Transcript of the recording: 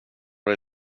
det